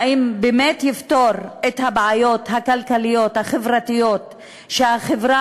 האם הוא באמת יפתור את הבעיות הכלכליות והחברתיות של החברה